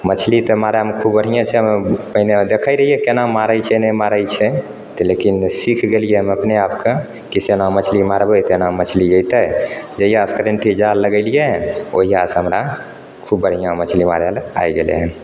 मछली तऽ मारयमे खूब बढ़िऑं छै पहिने देखै रहिए केना मारै छै नहि मारै छै तऽ लेकिन सीख गेलिए हम अपने आपके की एना मछली मारबै तऽ एना मछली अइतै जाहियाँ से करेंटी जाल लगेलिए ओहिया से हमरा खूब बढ़िऑं मछली मारय लए आबि गेलै हन